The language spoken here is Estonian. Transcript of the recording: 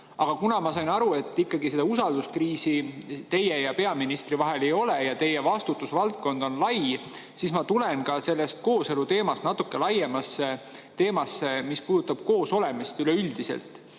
kuna ma sain aru, et ikkagi seda usalduskriisi teie ja peaministri vahel ei ole ja teie vastutusvaldkond on lai, siis ma tulen sellest kooseluteemast natuke laiemasse teemasse, mis puudutab koosolemist üleüldiselt.